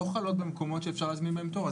לא חלות במקומות שאפשר להזמין בהם תור.